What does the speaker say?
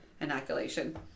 inoculation